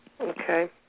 Okay